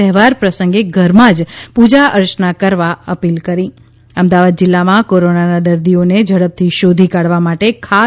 તહેવાર પ્રસંગે ઘરમાં જ પૂજાઅર્ચના કરવા અપીલ કરી અમદાવાદ જિલ્લામાં કોરોનાના દર્દીઓને ઝડપથી શોધી કાઢવા માટે ખાસ